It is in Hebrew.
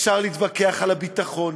אפשר להתווכח על הביטחון,